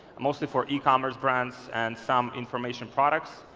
mostly for ecommerce brands and some information products.